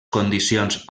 condicions